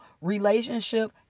relationship